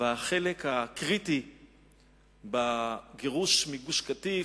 ועל החלק הקריטי בגירוש מגוש-קטיף,